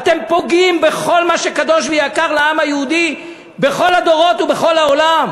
אתם פוגעים בכל מה שקדוש ויקר לעם היהודי בכל הדורות ובכל העולם.